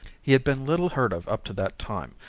he had been little heard of up to that time,